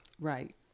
Right